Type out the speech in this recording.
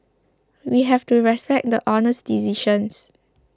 we have to respect the Honour's decisions